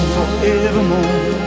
Forevermore